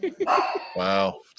Wow